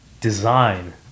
design